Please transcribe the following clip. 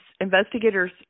investigators